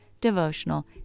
Devotional